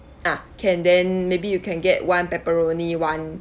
ah can then maybe you can get one pepperoni [one]